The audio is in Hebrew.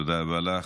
תודה רבה לך.